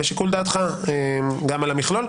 לשיקול דעתך גם על המכלול.